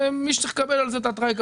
שמי שצריך יקבל על זה את ההתרעה?